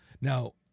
Now